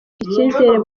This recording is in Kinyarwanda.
icizere